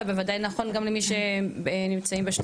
אבל בוודאי נכון גם למי שנמצאים בשטחים.